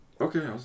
Okay